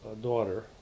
daughter